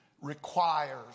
requires